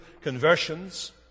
conversions